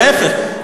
להפך,